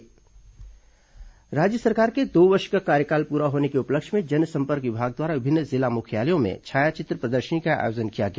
जनसंपर्क प्रदर्शनी राज्य सरकार के दो वर्ष का कार्यकाल पूरा होने के उपलक्ष्य में जनसंपर्क विभाग द्वारा विभिन्न जिला मुख्यालयों में छायाचित्र प्रदर्शनी का आयोजन किया गया